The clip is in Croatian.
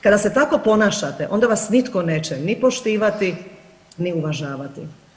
Kada se tako ponašate onda vas nitko neće ni poštivati, ni uvažavati.